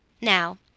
Now